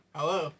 Hello